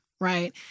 right